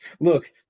look